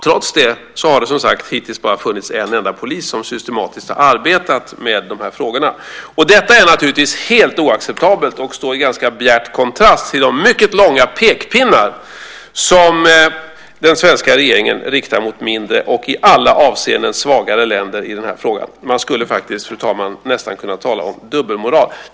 Trots det har det, som sagt, hittills bara funnits en enda polis som systematiskt har arbetat med de här frågorna. Detta är naturligtvis helt oacceptabelt, och det står i ganska bjärt kontrast till de mycket långa pekpinnar som den svenska regeringen riktar mot mindre och i alla avseenden svagare länder i den här frågan. Man skulle, fru talman, nästan kunna tala om dubbelmoral.